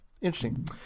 interesting